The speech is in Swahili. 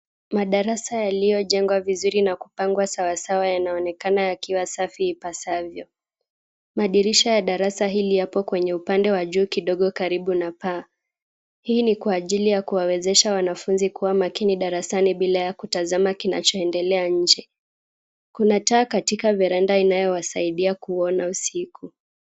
Madarasa yaliyojengwa vizuri na kupangwa sawa sawa yanaonekana yakiwa safi ipasavyo. Madirisha ya darasa hili yapo kwenye upande wa juu kidogo karibu na paa. Hii ni kwa ajili ya kuwawezesha wanafunzi kuwa makini darasani bila ya kutazama kinachoendelea nje. Kuna taa katika veranda inayowasaidia kuona usiku.